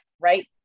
right